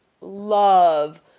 love